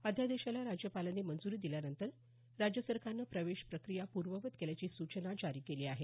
अध्यादेशाला राज्यपालांनी मंजूरी दिल्यानंतर राज्य सरकारनं प्रवेश प्रक्रिया पूर्ववत केल्याची सूचना जारी केली आहे